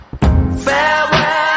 Farewell